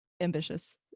ambitious